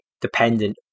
dependent